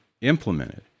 implemented